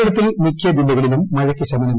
കേരളത്തിൽ മിക്ക ജില്ലകളിലും മഴയ്ക്ക് ശമനം